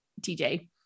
tj